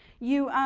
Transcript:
you